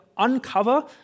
uncover